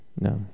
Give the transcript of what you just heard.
No